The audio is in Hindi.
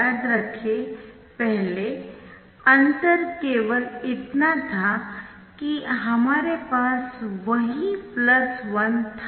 याद रखें पहले अंतर केवल इतना था कि हमारे पास वहां 1 था